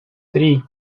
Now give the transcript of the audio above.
три